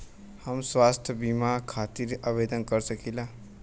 हम स्वास्थ्य बीमा खातिर आवेदन कर सकीला?